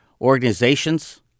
organizations